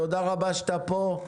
תודה רבה שאתה פה,